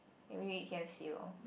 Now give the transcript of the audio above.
maybe we eat k_f_c lor